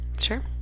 Sure